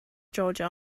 georgia